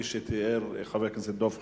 כפי שתיאר חבר הכנסת דב חנין.